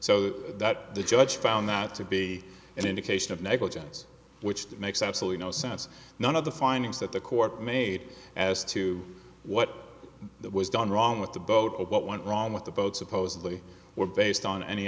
so that the judge found that to be an indication of negligence which makes absolutely no sense none of the findings that the court made as to what was done wrong with the boat or what went wrong with the boat supposedly were based on any